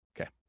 Okay